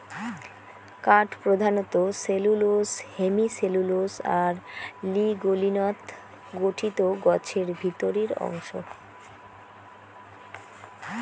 কাঠ প্রধানত cellulose, hemicellulose আর লিগলিনত গঠিত গছের ভিতরির অংশ